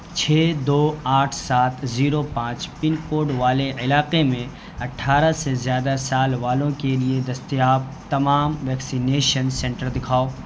چھ دو آٹھ سات زیرو پانچ پن کوڈ والے علاقے میں اٹھارہ سے زیادہ سال والوں کے لیے دستیاب تمام ویکسینیشن سنٹر دکھاؤ